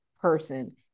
person